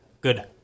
Good